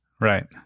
Right